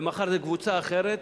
ומחר זה קבוצה אחרת,